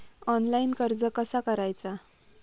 Online कर्ज कसा करायचा?